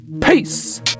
Peace